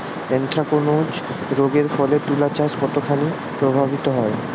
Anthracnose রোগ এর ফলে তুলাচাষ কতখানি প্রভাবিত হয়?